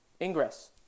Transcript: ingress